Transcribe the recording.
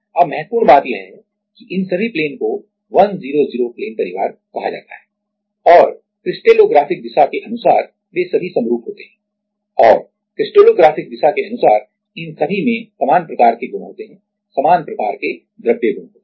अब महत्वपूर्ण बात यह है कि इन सभी प्लेन को 100 प्लेन परिवार कहा जाता है और क्रिस्टलोग्राफिक दिशा के अनुसार वे सभी समरूप होते हैं और क्रिस्टलोग्राफिक दिशा के अनुसार इन सभी में समान प्रकार के गुण होते हैं समान प्रकार के द्रव्य गुण होते हैं